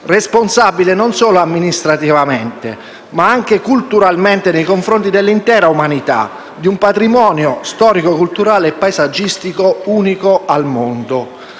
responsabile non solo amministrativamente, ma anche culturalmente nei confronti dell'intera umanità, di un patrimonio storico, culturale e paesaggistico unico al mondo.